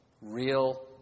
real